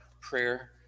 prayer